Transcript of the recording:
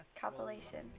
compilation